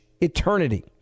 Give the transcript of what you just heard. eternity